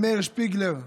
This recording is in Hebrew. למאיר שפיגלר,